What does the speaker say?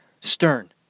stern